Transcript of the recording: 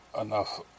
enough